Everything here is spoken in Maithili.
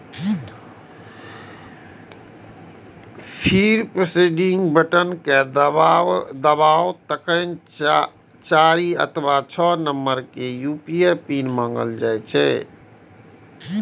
फेर प्रोसीड बटन कें दबाउ, तखन चारि अथवा छह नंबर के यू.पी.आई पिन मांगल जायत